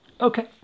Okay